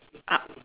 up